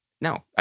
No